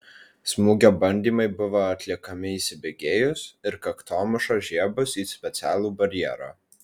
smūgio bandymai buvo atliekami įsibėgėjus ir kaktomuša žiebus į specialų barjerą